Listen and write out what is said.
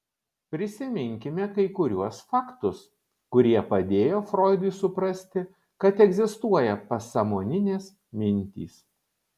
prisiminkime kai kuriuos faktus kurie padėjo froidui suprasti kad egzistuoja pasąmoninės mintys